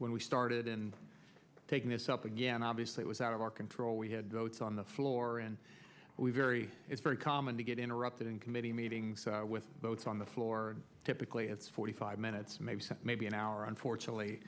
when we started and taking this up again obviously it was out of our control we had votes on the floor and we very it's very common to get interrupted in committee meetings with votes on the floor typically it's forty five minutes maybe an hour unfortunately